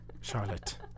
Charlotte